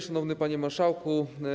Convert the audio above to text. Szanowny Panie Marszałku!